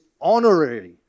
honorary